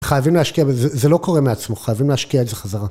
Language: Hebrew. חייבים להשקיע, זה לא קורה מעצמו חייבים להשקיע את זה חזרה